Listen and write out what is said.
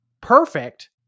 perfect